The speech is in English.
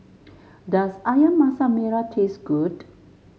does ayam Masak Merah taste good